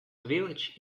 village